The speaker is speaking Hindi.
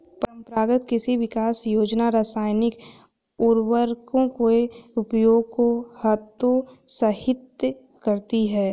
परम्परागत कृषि विकास योजना रासायनिक उर्वरकों के उपयोग को हतोत्साहित करती है